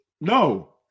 No